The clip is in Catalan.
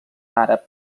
àrab